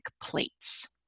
plates